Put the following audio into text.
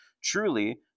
Truly